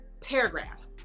paragraph